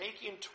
taking